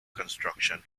construction